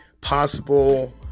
possible